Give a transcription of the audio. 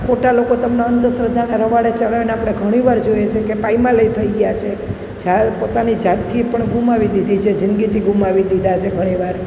ખોટા લોકો તમને અંધશ્રદ્ધાને રવાડે ચડાવીને આપણે ઘણીવાર જોઈએ છીએ કે પાયમાલ એ થઈ ગયાં છે જાત પોતાની જાતથી પણ ગુમાવી દીધી છે જિંદગીથી ગુમાવી દીધા છે ઘણીવાર